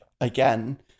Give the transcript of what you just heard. again